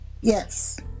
Yes